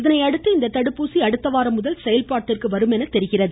இதனையடுத்து இந்த தடுப்பூசி அடுத்த வாரம் முதல் செயல்பாட்டிற்கு வருகிறது